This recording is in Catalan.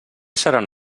seran